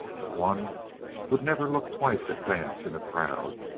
but one would never look twice at vance in a crowd.